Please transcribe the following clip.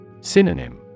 Synonym